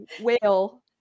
whale